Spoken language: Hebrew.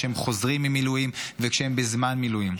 כשהם חוזרים ממילואים וכשהם בזמן מילואים.